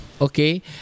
okay